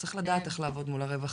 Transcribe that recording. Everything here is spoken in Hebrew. צריך לדעת איך לעבוד מול הרווחה,